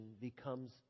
becomes